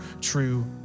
true